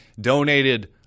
donated